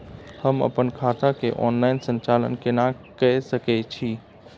हम अपन खाता के ऑनलाइन संचालन केना के सकै छी?